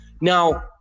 Now